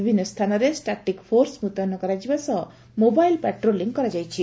ବିଭିନ୍ନ ସ୍ଥାନରେ static force ମୁତୟନ କରାଯିବା ସହ ମୋବାଇଲ ପାଟ୍ରୋଲିଂ କରାଯାଉଛି